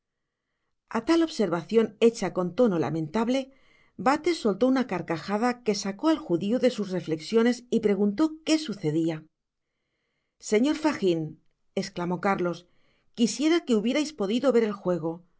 a tal observacion hecha con tono lamentable uates soltó una carcajada que sacó al judio de sus reilecsiones y preguntó que sucedia señor fagin esclamó cárlos quisiera que hubiereis podido ver el juego